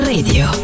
Radio